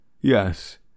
Yes